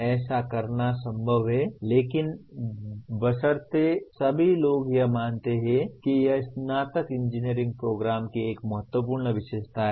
ऐसा करना संभव है लेकिन बशर्ते सभी लोग यह मानते हों कि यह स्नातक इंजीनियरिंग प्रोग्राम की एक महत्वपूर्ण विशेषता है